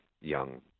young